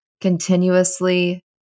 continuously